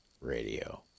Radio